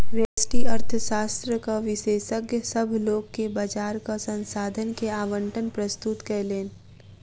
व्यष्टि अर्थशास्त्रक विशेषज्ञ, सभ लोक के बजारक संसाधन के आवंटन प्रस्तुत कयलैन